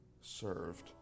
Served